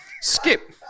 Skip